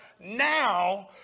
now